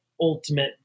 ultimate